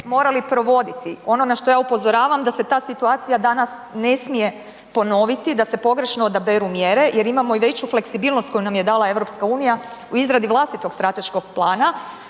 morali provoditi. Ono na što ja upozoravam da se ta situacija danas ne smije ponoviti, da se pogrešno odaberu mjere jer imamo i veću fleksibilnost koju nam je dala EU u izradi vlastitog strateškog plana